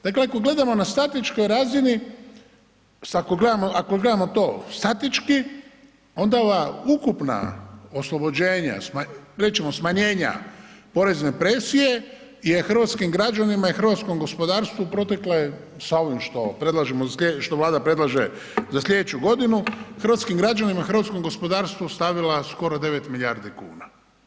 Dakle ako gledamo na statičkoj razini, ako gledamo to statički onda ova ukupna, oslobođenja, reći ćemo smanjenja porezne presije je hrvatskim građanima i hrvatskom gospodarsku protekle sa ovim što predlažemo, što Vlada predlaže za sljedeću godinu hrvatskim građanima i hrvatskom gospodarstvu stavila skoro 9 milijardi kuna.